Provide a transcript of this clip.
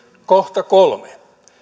kohta kolme